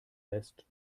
lässt